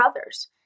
others